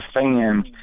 fans